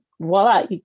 voila